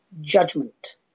judgment